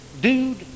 dude